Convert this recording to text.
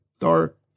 dark